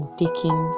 taking